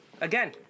Again